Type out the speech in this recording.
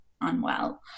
unwell